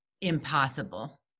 impossible